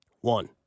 One